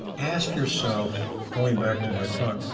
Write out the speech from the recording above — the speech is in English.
ask yourself, going back to my talk,